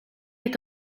est